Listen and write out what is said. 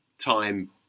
time